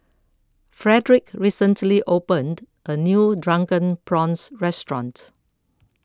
Fredric recently opened a new Drunken Prawns restaurant